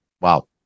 Wow